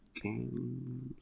games